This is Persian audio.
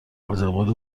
اقبال